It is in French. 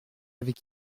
avec